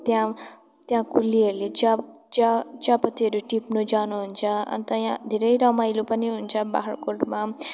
त्यहाँ त्यहाँ कुलीहरूले चिया चिया चियापत्तीहरू टिप्नु जानुहुन्छ अन्त यहाँ धेरै रमाइलो पनि हुन्छ बाख्राकोटमा